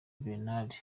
bernard